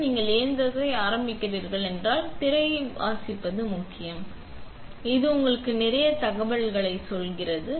இப்போது நீங்கள் இயந்திரத்தை ஆரம்பிக்கிறீர்கள் மற்றும் திரையை வாசிப்பது முக்கியம் அது உங்களுக்கு நிறைய தகவல்களை சொல்கிறது